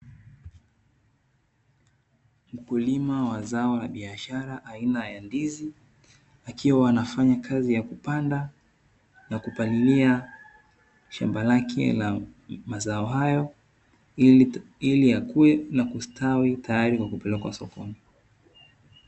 Mkulima wa zao la biashara aina ya ndizi, akiwa anafanya kazi ya kupanda na kupalilia shamba lake la mazao hayo, ili yakuwe na kustawi tayari kwa kupelekwa sokoni.